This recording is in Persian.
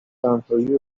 تنهایی